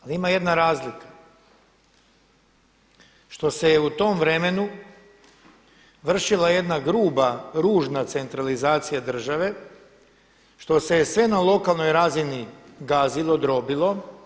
Ali ima jedna razlika što se je u tom vremenu vršila jedna gruba, ružna centralizacija države, što se je sve na lokalnoj razini gazilo, drobilo.